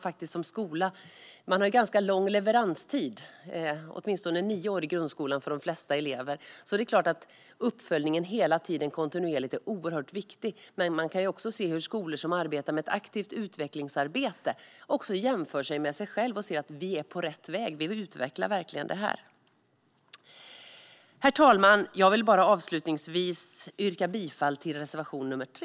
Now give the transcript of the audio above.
En skola har en ganska lång leveranstid, för de flesta elever åtminstone nio år i grundskolan. Det är klart att kontinuerlig uppföljning är oerhört viktig. Men vi kan också se att en skola som arbetar med ett aktivt utvecklingsarbete jämför sig med sig själv och kan se att man är på rätt väg och utvecklar det här. Herr talman! Avslutningsvis vill jag yrka bifall till reservation 3.